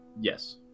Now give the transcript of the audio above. Yes